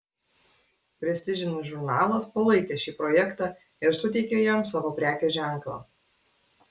prestižinis žurnalas palaikė šį projektą ir suteikė jam savo prekės ženklą